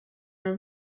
are